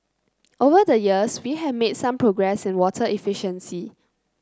over the years we have made some progress in water efficiency